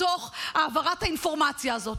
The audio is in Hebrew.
מתוך העברת האינפורמציה הזו,